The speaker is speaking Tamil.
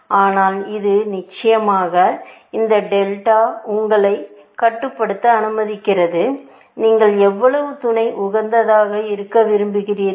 ஆனால் இது நிச்சயமாக இந்த டெல்டா டெல்டாஉங்களை கட்டுப்படுத்த அனுமதிக்கிறது நீங்கள் எவ்வளவு துணை உகந்ததாக இருக்க விரும்புகிறீர்கள்